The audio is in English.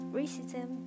racism